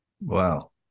Wow